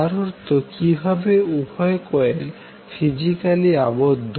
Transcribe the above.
যার অর্থ কীভাবে উভয় কয়েল ফিজিক্যালি আবদ্ধ